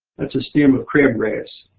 that's a stem of crabgrass.